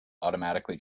automatically